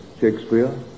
Shakespeare